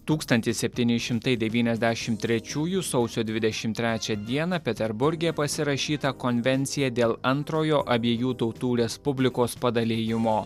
tūkstantis septyni šimtai devyniasdešim trečiųjų sausio dvidešim trečią dieną peterburge pasirašyta konvencija dėl antrojo abiejų tautų respublikos padalijimo